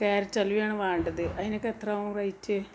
carrot അലുവയുമാണ് വാണ്ടത് അതിനൊക്കെ എത്രയാവും റേറ്റ്